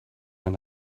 and